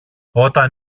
όταν